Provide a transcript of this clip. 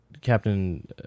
Captain